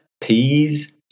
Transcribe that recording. peas